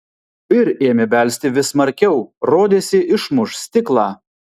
ir ėmė belsti vis smarkiau rodėsi išmuš stiklą